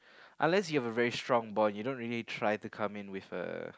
unless you have a really strong bond you don't really try to come in with a